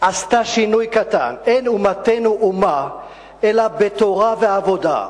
עשתה שינוי קטן: אין אומתנו אומה אלא בתורה ועבודה,